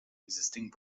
existing